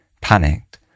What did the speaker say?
Panicked